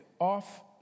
off